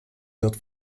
wird